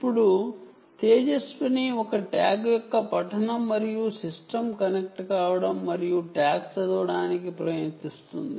ఇప్పుడు తేజస్విని ఒక ట్యాగ్ యొక్క రీడ్ మరియు సిస్టమ్ కు కనెక్ట్ కావడం మరియు ట్యాగ్ చదవడానికి ప్రయత్నిస్తుంది